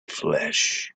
flesh